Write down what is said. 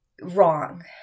wrong